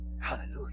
Hallelujah